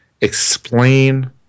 explain